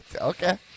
Okay